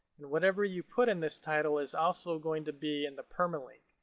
and whatever you put in this title is also going to be in the permalink.